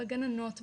בגננות,